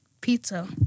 Pizza